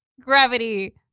gravity